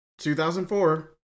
2004